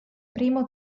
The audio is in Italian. primo